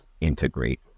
integrate